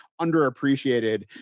underappreciated